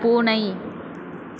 பூனை